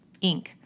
Inc